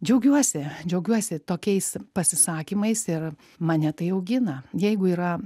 džiaugiuosi džiaugiuosi tokiais pasisakymais ir mane tai augina jeigu yra